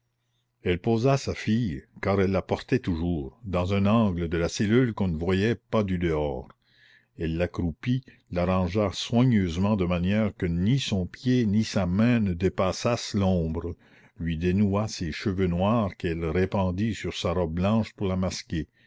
elle posa sa fille car elle la portait toujours dans un angle de la cellule qu'on ne voyait pas du dehors elle l'accroupit l'arrangea soigneusement de manière que ni son pied ni sa main ne dépassassent l'ombre lui dénoua ses cheveux noirs qu'elle répandit sur sa robe blanche pour la masquer